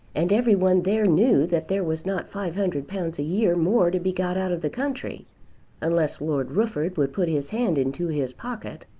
and every one there knew that there was not five hundred pounds a year more to be got out of the country unless lord rufford would put his hand into his pocket.